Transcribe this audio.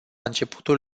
începutul